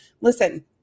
Listen